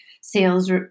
sales